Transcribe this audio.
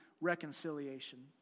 reconciliation